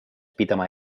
pidama